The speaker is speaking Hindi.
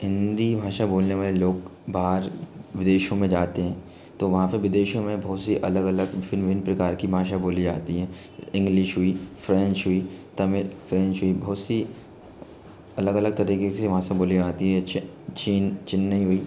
हिन्दी भाषा बोलने वाले लोग बाहर विदेशों में जाते हैं तो वहाँ पर विदेशों में बहुत सी अलग अलग भिन्न भिन्न प्रकार की भाषा बोली जाती हैं इंग्लिश हुई फ्रेंच हुई तमिल फ्रेंच हुई बहुत सी अलग अलग तरीके से भाषा बोली जाती हैं चेन्नई हुई